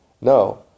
No